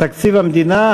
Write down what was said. תקציב המדינה,